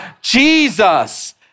Jesus